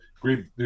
great